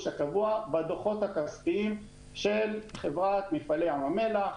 הקבוע בדוחות הכספיים של חברת מפעלי ים המלח,